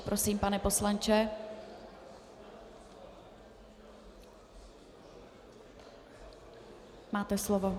Prosím, pane poslanče, máte slovo.